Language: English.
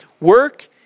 Work